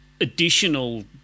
additional